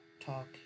Talk